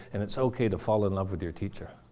and it's ok to fall in love with your teacher.